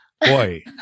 Boy